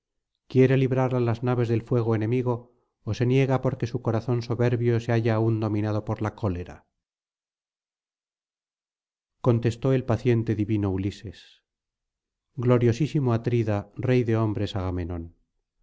quiere librar á las naves del fuego enemigo ó se niega porque su corazón soberbio se halla aún dominado por la cólera contestó el paciente divino ulises gloriosísimo atrida rey de hombres agamenón